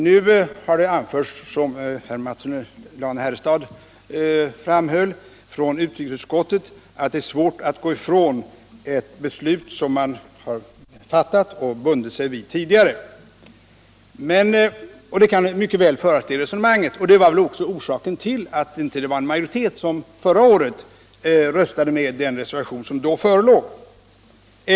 Nu har herr Mattsson i Lane-Herrestad framhållit att utrikesutskottet ansett det svårt att gå ifrån ett beslut som man har fattat och bundit sig vid. Man kan mycket väl föra det resonemanget, och det var väl orsaken till att inte en majoritet förra året röstade för den reservation som då förelåg.